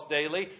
daily